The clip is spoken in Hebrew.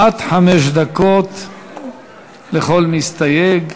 עד חמש דקות לכל מסתייג.